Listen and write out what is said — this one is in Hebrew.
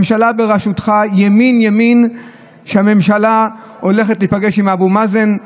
ימין ימין, והממשלה הולכת להיפגש עם אבו מאזן?